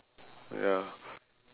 ya